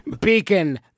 Beacon